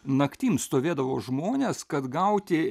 naktim stovėdavo žmonės kad gauti